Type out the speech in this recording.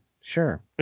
sure